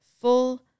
full